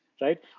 right